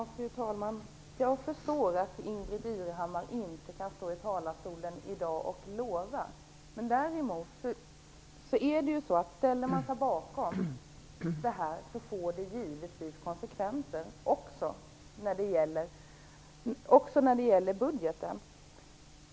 Fru talman! Jag förstår att Ingbritt Irhammar i dag inte kan stå här i talarstolen och lova något. Men ställer man sig bakom det här får det konsekvenser också när det gäller budgeten.